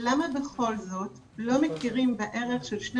למה בכל זאת לא מכירים בערך של שני